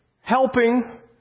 helping